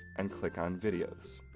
and click on videos.